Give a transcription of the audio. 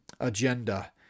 Agenda